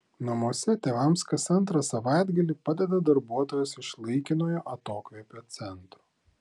namuose tėvams kas antrą savaitgalį padeda darbuotojos iš laikinojo atokvėpio centro